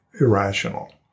irrational